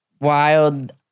wild